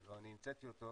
לא אני המצאתי אותו,